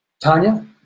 Tanya